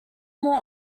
more